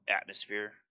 atmosphere